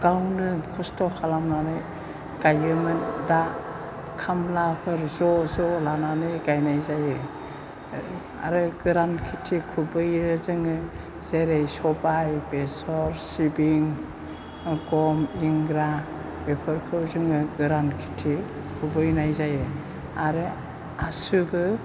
गावनो खस्थ' खालामनानै गायोमोन दा खामलाफोर ज' ज' लानानै गायनाय जायो आरो गोरान खेथि खुबैयो जोङो जेरै सबाइ बेसर सिबिं गम इंग्रा बेफोरखौ जोङो गोरान खेथि खुबैनाय जायो आरो आसुबो